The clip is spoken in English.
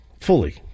fully